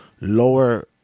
lower